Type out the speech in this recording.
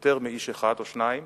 יותר מאיש אחד או שניים,